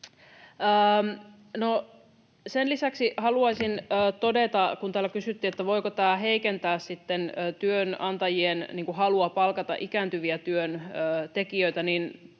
Sen lisäksi haluaisin todeta, kun täällä kysyttiin, voiko tämä heikentää työnantajien halua palkata ikääntyviä työntekijöitä, että